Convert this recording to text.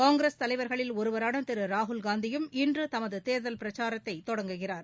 காங்கிரஸ் தலைவா்களில் ஒருவரான திரு ராகுல்காந்தியும் இன்று தமது தேர்தல் பிரச்சாரத்தை தொடங்குகிறார்